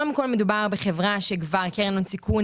קודם כל מדובר בחברה שכבר קרן הון סיכון